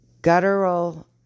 guttural